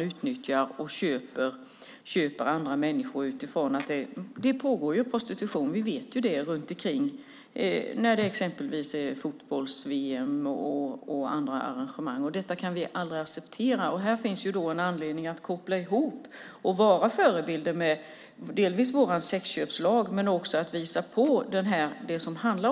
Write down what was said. utnyttja och köpa andra människor. Vi vet att det pågår prostitution vid till exempel fotbolls-VM och andra arrangemang. Det kan vi aldrig acceptera. Här finns en anledning att koppla ihop och vara en förebild med vår sexköpslag och attityder.